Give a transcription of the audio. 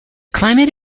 climate